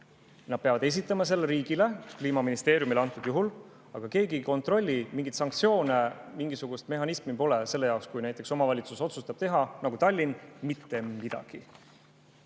Nad peavad esitama selle riigile, Kliimaministeeriumile antud juhul. Aga keegi ei kontrolli seda. Mingeid sanktsioone, mingisugust mehhanismi pole selle jaoks, kui näiteks omavalitsus, nagu Tallinn, otsustab mitte midagi